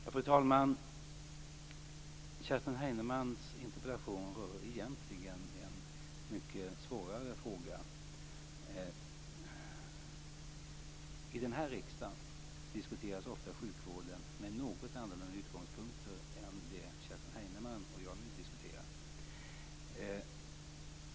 Fru talman! Kerstin Heinemanns interpellation rör egentligen en mycket svårare fråga. I riksdagen diskuteras ofta sjukvården med något annorlunda utgångspunkter än de som Kerstin Heinemann och jag nu diskuterar.